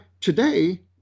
today